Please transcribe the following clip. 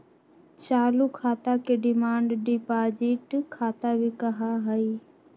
चालू खाता के डिमांड डिपाजिट खाता भी कहा हई